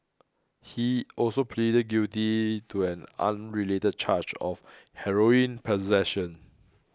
he also pleaded guilty to an unrelated charge of heroin possession